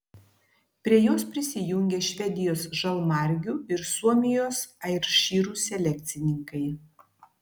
prie jos prisijungė švedijos žalmargių ir suomijos airšyrų selekcininkai